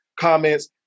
comments